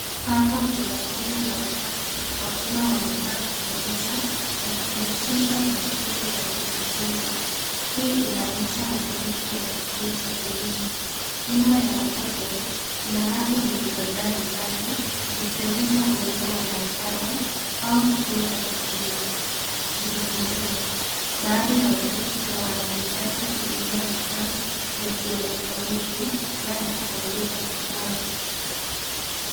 Hapa kuna kundi la watoto wakiwa wamekaa kwenye meza wakijihusisha na shughuli za kujifunza. Hii inaonyesha matumizi ya kituo cha elimu. Nyuma ya waoto, kuna rafu zilizojaa vitabu zikionyesha uwepo wa maktaba au kituo cha kujifunzia. Baadhi ya watoto pia wanaonekana kutumia vifaa vya kielektroniki labda kompyuta kibao.